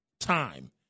Time